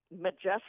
majestic